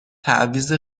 تعویض